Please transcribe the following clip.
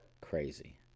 crazy